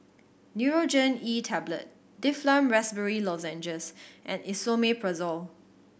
Nurogen E Tablet Difflam Raspberry Lozenges and Esomeprazole